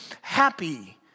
happy